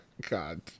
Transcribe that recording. God